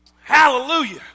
Hallelujah